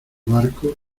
barco